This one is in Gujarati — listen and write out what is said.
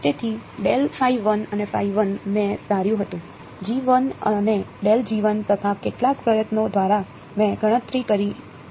તેથી અને મે ધાર્યુ હતું અને તથા કેટલાક પ્રયત્નો દ્વારા મેં ગણતરી કરી છે